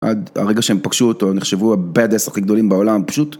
עד הרגע שהם פגשו אותו נחשבו ה-bad ass הכי גדולים בעולם, פשוט